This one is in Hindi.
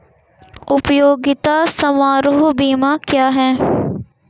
उपयोगिता समारोह बीमा क्या है?